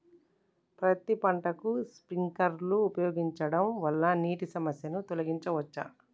పత్తి పంటకు స్ప్రింక్లర్లు ఉపయోగించడం వల్ల నీటి సమస్యను తొలగించవచ్చా?